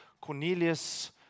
Cornelius